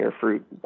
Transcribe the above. fruit